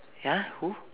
ya who